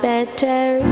Better